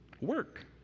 Work